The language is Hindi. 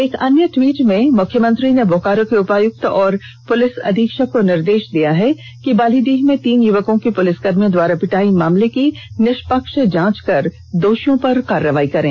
एक अन्य ट्वीट में मुख्यमंत्री ने बोकारो के उपायुक्त और पुलिस अधीक्षक को निर्देष दिया है कि बालीडीह में तीन युवकों की पुलिसकर्मियों द्वारा पिटाई मामले की निष्पक्ष जांच कर दोषियों पर कार्रवार्र करें